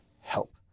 help